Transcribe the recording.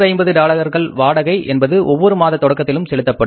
250 டாலர்கள் வாடகை என்பது ஒவ்வொரு மாத தொடக்கத்திலும் செலுத்தப்படும்